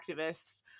activists